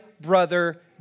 brother